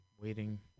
Waiting